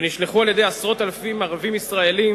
שנשלחו על-ידי עשרות אלפים ערבים ישראלים